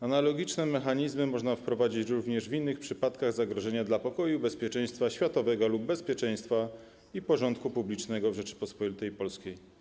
Analogiczne mechanizmy można wprowadzić również w innych przypadkach zagrożenia pokoju i bezpieczeństwa światowego lub bezpieczeństwa i porządku publicznego w Rzeczypospolitej Polskiej.